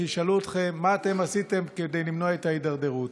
כשישאלו אתכם מה אתם עשיתם כדי למנוע את ההידרדרות.